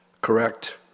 correct